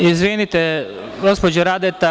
Izvinite, gospođo Radeta.